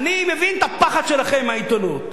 אני מבין את הפחד שלכם מהעיתונות.